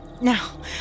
Now